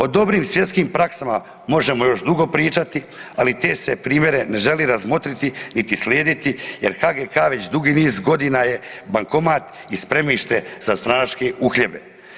O dobrim svjetskim praksama možemo još dugo pričati, ali te se primjere ne želi razmotriti niti slijediti, jer HGK-a već dugi niz godina je bankomat i spremište za stranačke uhljebe.